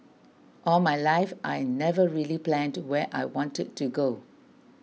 all my life I never really planned where I wanted to go